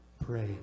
Pray